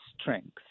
strength